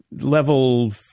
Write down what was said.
level